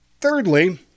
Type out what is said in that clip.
Thirdly